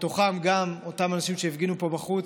ובתוכם אותם אנשים שהפגינו פה בחוץ,